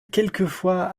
quelquefois